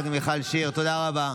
חברת הכנסת מיכל שיר, תודה רבה.